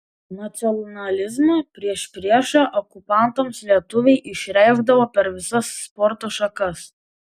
nacionalizmą priešpriešą okupantams lietuviai išreikšdavo per visas sporto šakas